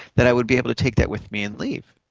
that i would be able to take that with me and leave.